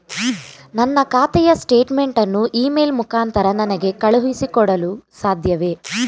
ನನ್ನ ಖಾತೆಯ ಸ್ಟೇಟ್ಮೆಂಟ್ ಅನ್ನು ಇ ಮೇಲ್ ಮುಖಾಂತರ ನನಗೆ ಕಳುಹಿಸಿ ಕೊಡಲು ಸಾಧ್ಯವೇ?